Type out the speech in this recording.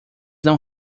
não